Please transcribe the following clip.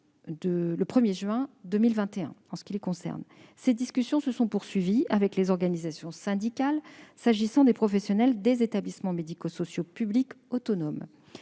le 1 juin 2021 d'une augmentation salariale. Ces discussions se sont poursuivies avec les organisations syndicales au sujet des professionnels des établissements médico-sociaux publics autonomes.